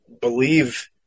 believe